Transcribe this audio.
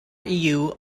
you